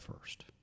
first